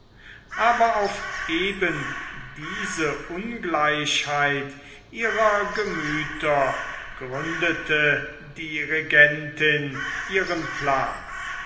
aber auf eben diese ungleichheit ihrer gemüther gründete die regentin ihren plan